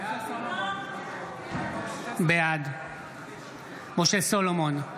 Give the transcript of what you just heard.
בעד משה סולומון,